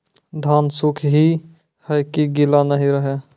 धान सुख ही है की गीला नहीं रहे?